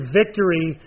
victory